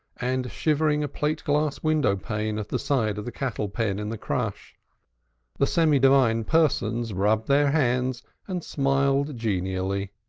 and shivering a plate glass window pane at the side of the cattle-pen in the crush the semi-divine persons rubbed their hands and smiled genially